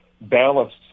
balanced